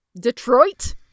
Detroit